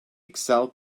excel